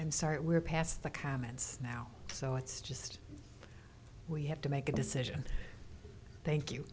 i'm sorry we're past the comments now so it's just we have to make a decision thank you